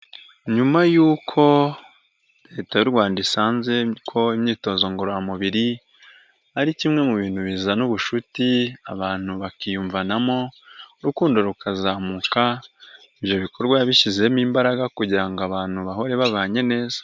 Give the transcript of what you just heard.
Nyuma y'uko Leta y'u Rwanda isanze ko imyitozo ngororamubiri ari kimwe mu bintu bizana ubucuti, abantu bakiyumvanamo, urukundo rukazamuka, ibyo bikorwa yabishyizemo imbaraga kugira ngo abantu bahore babanye neza.